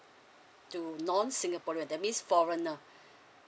to non singaporean that means foreigner